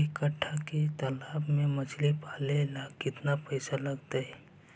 एक कट्ठा के तालाब में मछली पाले ल केतना पैसा लगतै?